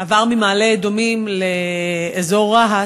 עבר ממעלה-אדומים לאזור רהט,